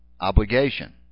obligation